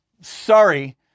Sorry